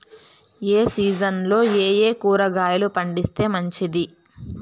ఏ సీజన్లలో ఏయే కూరగాయలు పండిస్తే మంచిది